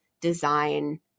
design